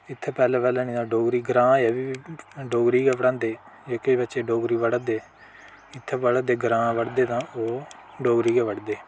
इत्थें पैह्ले पैह्ले नेईं ते डोगरी ग्रांऽ अजें बी डोगरी गै पढ़ांदे निक्के बच्चे डोगरी पढ़ै दे इत्थै पढ़ा दे ग्रांऽ पढ़दे तां ओह् डोगरी गै पढ़दे